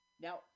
Now